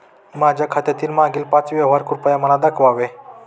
माझ्या खात्यातील मागील पाच व्यवहार कृपया मला दाखवावे